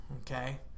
okay